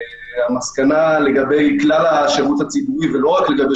המסקנה לגבי כלל השירות הציבורי ולא רק לגבי